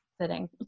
sitting